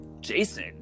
jason